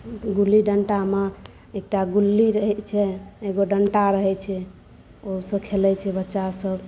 गुल्ली डण्टामे एकटा गुल्ली रहै छै एगो डण्टा रहै छै ओहो सब खेलै छै बच्चासभ